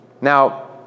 Now